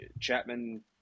Chapman